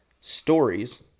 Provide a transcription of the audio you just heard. stories